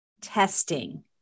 testing